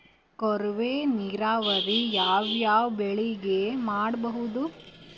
ಕೊಳವೆ ನೀರಾವರಿ ಯಾವ್ ಯಾವ್ ಬೆಳಿಗ ಮಾಡಬಹುದು?